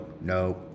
no